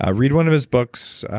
ah read one of his books,